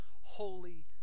Holy